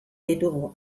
ditugu